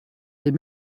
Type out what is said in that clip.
est